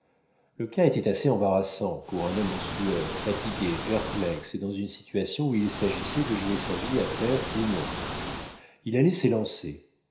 le cas était assez embarrassant pour un homme en sueur fatigué perplexe et dans une situation où il s'agissait de jouer sa vie à pair ou non il allait s'élancer